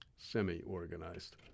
Semi-organized